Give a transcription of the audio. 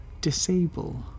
disable